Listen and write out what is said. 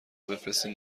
بفرستین